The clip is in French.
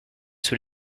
sous